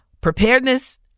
Preparedness